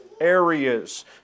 areas